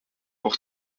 pour